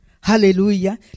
Hallelujah